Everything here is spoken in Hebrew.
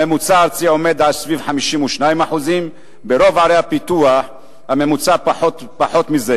הממוצע הארצי עומד סביב 52%. ברוב ערי הפיתוח הממוצע פחות מזה,